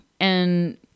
and-